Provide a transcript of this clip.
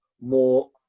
more